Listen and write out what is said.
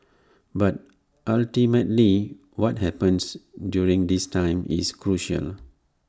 but ultimately what happens during this time is crucial